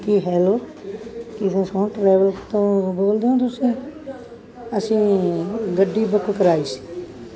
ਕੀ hello ਕੀ ਤੁਸੀਂ Sohan travel ਤੋਂ ਬੋਲਦੇ ਹੋ ਤੁਸੀਂ ਅਸੀਂ ਗੱਡੀ ਬੁੁੱਕ ਕਰਾਈ ਸੀ